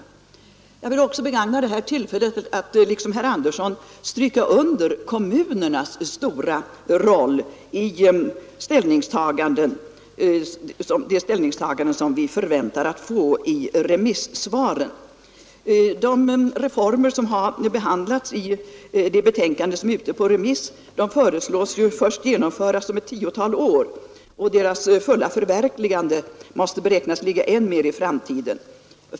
Jag vill också begagna det här tillfället till att liksom herr Andersson understryka kommunernas stora roll i de ställningstaganden som vi förväntar att få i remissvaren. De reformer som behandlas i det betänkande som är ute på remiss föreslås genomföras om ett tiotal år, och deras fulla förverkligande måste beräknas ligga än längre i framtiden.